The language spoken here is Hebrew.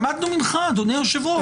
למדנו ממך אדוני היושב ראש.